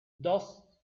dos